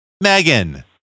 Megan